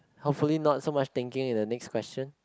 hopefully not so much thinking in the next question